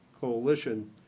coalition